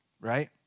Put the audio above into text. right